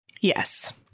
Yes